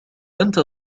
أنت